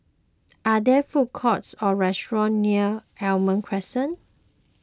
are there food courts or restaurants near Almond Crescent